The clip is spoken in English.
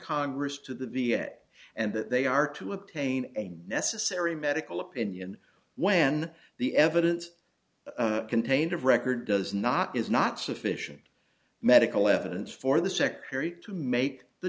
congress to the v a and that they are to obtain any necessary medical opinion when the evidence contained of record does not is not sufficient medical evidence for the secretary to make the